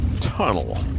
tunnel